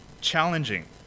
challenging